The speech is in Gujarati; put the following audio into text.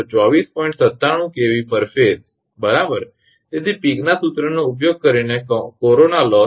97 𝑘𝑉 𝑝ℎ𝑎𝑠𝑒 બરાબર તેથી પીકના સૂત્રનો ઉપયોગ કરીને કોરોના લોસ